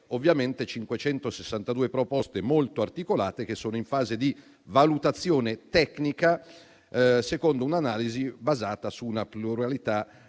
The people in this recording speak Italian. di 562 proposte molto articolate che sono in fase di valutazione tecnica, secondo un'analisi basata su una pluralità